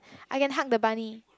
I can hug the bunny